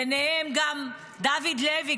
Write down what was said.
ובהם גם דוד לוי,